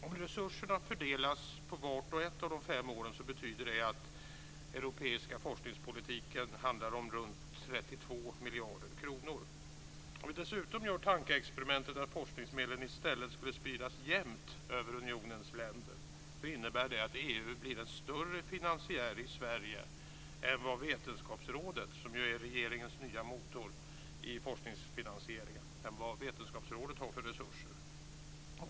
Om resurserna fördelas på vart och ett av de fem åren betyder det att den europeiska forskningspolitiken handlar om runt 32 miljarder kronor. Om vi dessutom gör tankeexperimentet att forskningsmedlen i stället skulle spridas jämnt över unionens länder innebär det att EU blir en större finansiär i Sverige än vad Vetenskapsrådet, som ju är regeringens nya motor i forskningsfinansieringen, är.